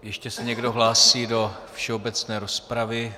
Ještě se někdo hlásí do všeobecné rozpravy?